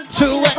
two